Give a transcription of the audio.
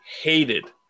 hated